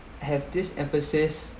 have this emphasis